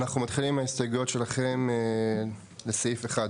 אנחנו מתחילים עם ההסתייגויות שלכם לסעיף (1).